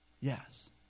Yes